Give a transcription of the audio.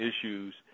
issues